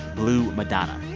blue madonna.